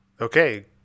Okay